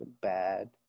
bad